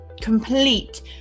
complete